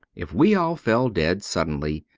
if we all fell dead suddenly,